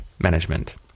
management